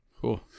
Cool